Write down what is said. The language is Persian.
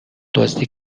دزدی